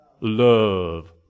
love